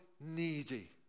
needy